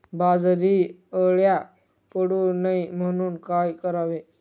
बाजरीवर अळ्या पडू नये म्हणून काय करावे?